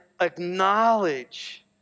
acknowledge